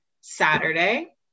saturday